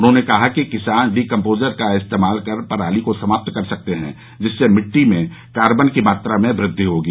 उन्होंने कहा कि किसान डीकम्पोजर का इस्तेमाल कर पराली को समाप्त कर सकते हैं जिससे मिटटी में कार्बन की मात्रा में वृद्वि होगी